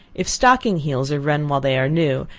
if stocking heels are run while they are new,